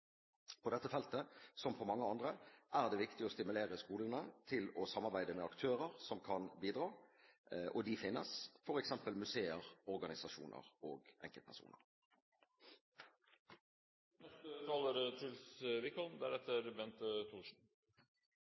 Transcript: På dette feltet, som på mange andre, er det viktig å stimulere skolene til å samarbeide med aktører som kan bidra. De finnes, f.eks. museer, organisasjoner og enkeltpersoner.